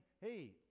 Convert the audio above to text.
Hey